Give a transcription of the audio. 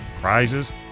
prizes